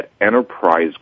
enterprise